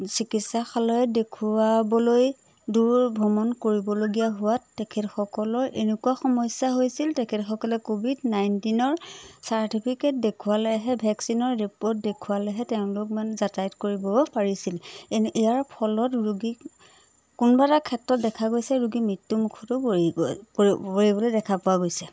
চিকিৎসাশালয়ত দেখুুৱাবলৈ দূৰ ভ্ৰমণ কৰিবলগীয়া হোৱাত তেখেতসকলৰ এনেকুৱা সমস্যা হৈছিল তেখেতসকলে ক'ভিড নাইণ্টিনৰ চাৰ্টিফিকেট দেখুুৱালেহে ভেকচিনৰ ৰিপৰ্ট দেখুৱালেহে তেওঁলোক মানে যাতায়ত কৰিব পাৰিছিল এনে ইয়াৰ ফলত ৰোগীক কোনোবা এটা ক্ষেত্ৰত দেখা গৈছে ৰোগী মৃত্যুমুখটো পৰি পৰা দেখা পোৱা গৈছে